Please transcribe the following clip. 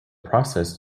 process